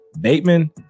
Bateman